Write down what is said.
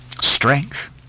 strength